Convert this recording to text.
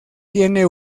tiene